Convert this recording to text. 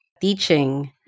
teaching